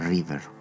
River